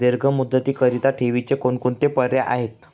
दीर्घ मुदतीकरीता ठेवीचे कोणकोणते पर्याय आहेत?